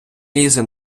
лізе